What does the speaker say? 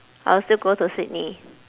I'll still go to sydney